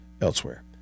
elsewhere